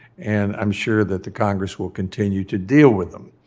and i'm sure that the congress will continue to deal with them.